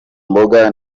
mboga